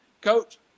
Coach